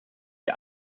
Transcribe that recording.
die